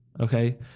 okay